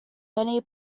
many